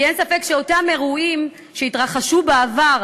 כי אין ספק שאותם אירועים שהתרחשו בעבר